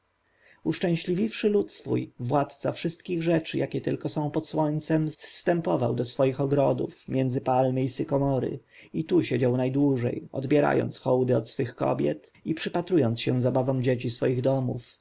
lud swój władca wszystkich rzeczy jakie tylko są pod słońcem zstępował do swoich ogrodów między palmy i sykomory i tu siedział najdłużej odbierając hołdy od swych kobiet i przypatrując się zabawom dzieci swojego domu